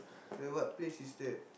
the what place is that